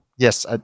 Yes